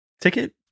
ticket